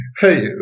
hey